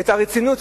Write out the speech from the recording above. את הרצינות,